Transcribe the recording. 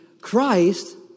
Christ